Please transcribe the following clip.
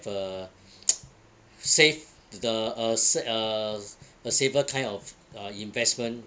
uh safe th~ the uh sa~ uh s~ a safer kind of uh investment